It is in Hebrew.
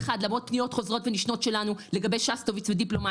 כמה פעמים פנינו לממונה ולרשות על הדבר הזה ולא קרה שום דבר?